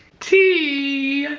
tea!